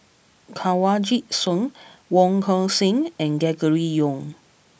Kanwaljit Soin Wong Tuang Seng and Gregory Yong